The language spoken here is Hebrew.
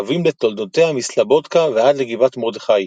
קוים לתולדותיה מסלבודקא ועד לגבעת מרדכי,